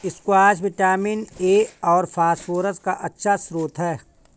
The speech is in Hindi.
स्क्वाश विटामिन ए और फस्फोरस का अच्छा श्रोत है